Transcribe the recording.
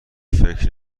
فکر